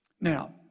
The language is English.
Now